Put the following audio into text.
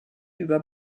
über